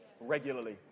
regularly